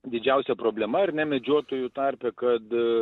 didžiausia problema ar ne medžiotojų tarpe kad